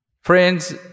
Friends